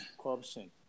corruption